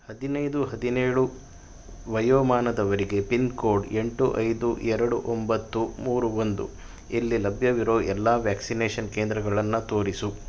ಹದಿನೈದು ಹದಿನೇಳು ವರ್ಷ ವಯೋಮಾನದವರಿಗೆ ಪಿನ್ ಕೋಡ್ ಎಂಟು ಐದು ಎರಡು ಒಂಬತ್ತು ಮೂರು ಒಂದು ಇಲ್ಲಿ ಲಭ್ಯವಿರೋ ಎಲ್ಲ ವ್ಯಾಕ್ಸಿನೇಷನ್ ಕೇಂದ್ರಗಳನ್ನು ತೋರಿಸು